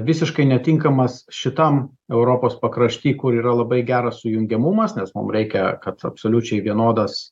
visiškai netinkamas šitam europos pakrašty kur yra labai geras sujungiamumas nes mum reikia kad absoliučiai vienodas